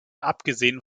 abgesehen